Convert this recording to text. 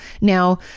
Now